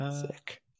Sick